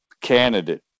candidate